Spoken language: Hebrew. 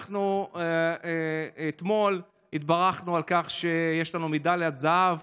אנחנו אתמול התברכנו על כך שיש לנו מדליית זהב,